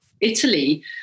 Italy